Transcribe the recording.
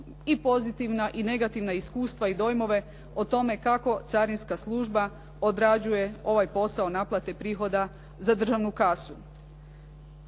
i pozitivna i negativna iskustva i dojmove o tome kako carinska služba odrađuje ovaj posao naplate prihoda za državnu kasu.